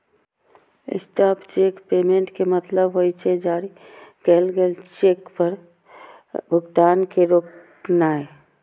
stop cheque payment के मतलब होइ छै, जारी कैल गेल चेक पर भुगतान के रोकनाय